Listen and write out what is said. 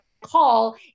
call